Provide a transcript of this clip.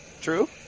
True